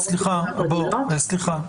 סליחה.